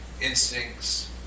instincts